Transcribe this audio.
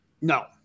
No